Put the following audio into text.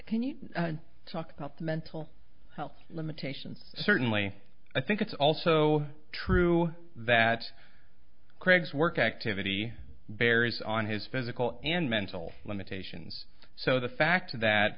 can you talk about the mental health limitations certainly i think it's also true that craig's work activity varies on his physical and mental limitations so the fact that